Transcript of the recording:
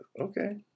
okay